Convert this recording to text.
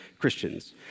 Christians